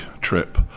trip